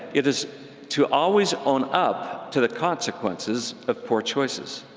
it is to always own up to the consequences of poor choices.